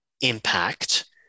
impact